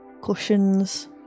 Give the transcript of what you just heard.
Cushions